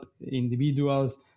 individuals